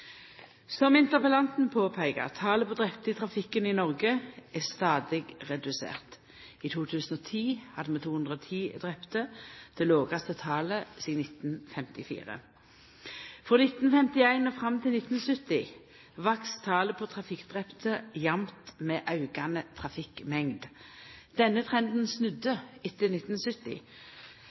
Som interpellanten påpeikar, er talet på drepne i trafikken i Noreg stadig redusert. I 2010 hadde vi 210 drepne – det lågaste talet sidan 1954. Frå 1951 og fram til 1970 vaks talet på trafikkdrepne jamt med aukande trafikkmengd. Denne trenden snudde etter 1970.